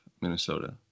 Minnesota